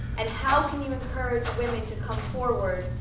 and how can you encourage women to come forward,